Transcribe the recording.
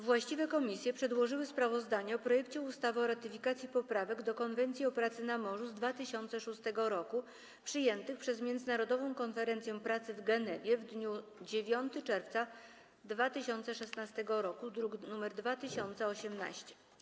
Właściwe komisje przedłożyły sprawozdanie o projekcie ustawy o ratyfikacji Poprawek do Konwencji o pracy na morzu z 2006 r., przyjętych przez Międzynarodową Konferencję Pracy w Genewie w dniu 9 czerwca 2016 r., druk nr 2818.